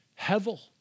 hevel